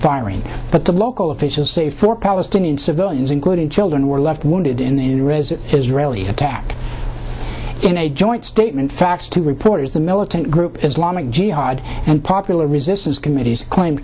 firing but the local officials say four palestinian civilians including children were left the wounded in the israeli attack in a joint statement facts to reporters the militant group islamic jihad and popular resistance committees claimed